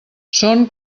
són